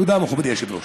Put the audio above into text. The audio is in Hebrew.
תודה, מכובדי היושב-ראש.